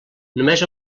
només